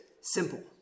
simple